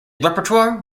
repertoire